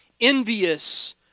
envious